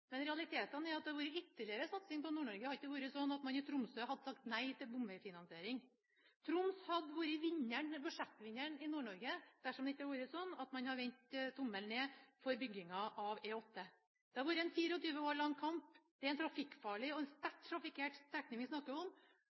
Men realitetene er at det hadde vært ytterligere satsing på Nord-Norge hadde det ikke vært sånn at man i Tromsø hadde sagt nei til bomvegfinansiering. Troms hadde vært budsjettvinneren i Nord-Norge dersom det ikke hadde vært sånn at man hadde vendt tommelen ned for byggingen av E8. Det har vært en 24 år lang kamp. Det er en trafikkfarlig og sterkt trafikkert strekning vi snakker om.